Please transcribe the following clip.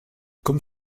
comme